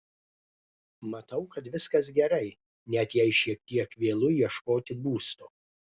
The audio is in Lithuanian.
matau kad viskas gerai net jei šiek tiek vėlu ieškoti būsto